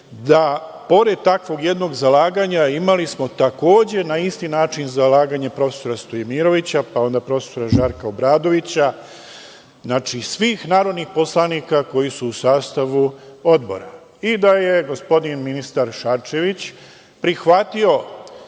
da pored takvog jednog zalaganja imali smo takođe na isti način, zalaganje prof. Stojmirovića, pa onda prof. Žarka Obradovića, svih narodnih poslanika koji su u sastavu Odbora. Da je gospodin ministar Šarčević prihvatio